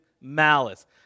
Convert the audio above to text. malice